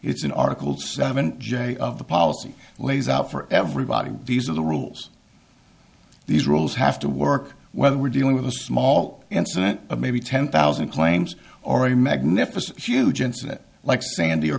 it's an article seven j of the policy lays out for everybody these are the rules these rules have to work whether we're dealing with a small incident of maybe ten thousand claims already magnificent huge incident like sandy or